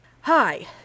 hi